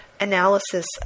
analysis